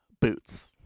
Boots